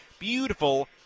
beautiful